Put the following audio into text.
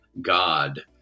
God